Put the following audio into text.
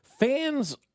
Fans